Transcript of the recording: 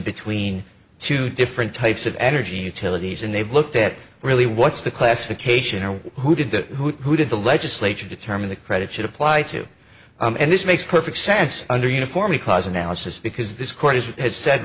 between two different types of energy utilities and they've looked at really what's the classification or who did the who who did the legislature determine the credit should apply to and this makes perfect sense under uniform because analysis because this court is has said